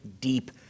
deep